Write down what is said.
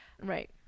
right